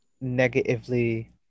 Negatively